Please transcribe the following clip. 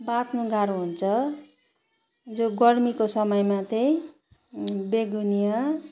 बाँच्नु गाह्रो हुन्छ जो गर्मीको समयमा चाहिँ बेगोनिया